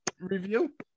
review